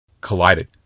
Collided